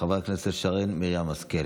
חברת הכנסת שרן מרים השכל,